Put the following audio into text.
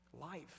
life